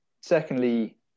secondly